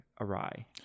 awry